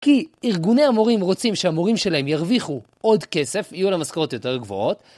כי ארגוני המורים רוצים שהמורים שלהם ירוויחו עוד כסף, יהיו להם משכורות יותר גבוהות.